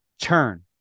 turn